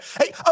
Hey